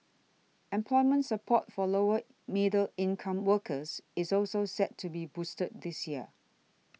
employment support for lower middle income workers is also set to be boosted this year